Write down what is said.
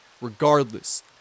Regardless